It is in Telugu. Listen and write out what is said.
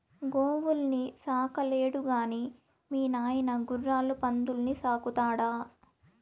గోవుల్ని సాకలేడు గాని మీ నాయన గుర్రాలు పందుల్ని సాకుతాడా